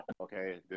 okay